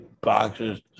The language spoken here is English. boxes